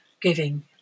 giving